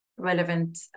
relevant